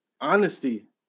honesty